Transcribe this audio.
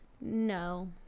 No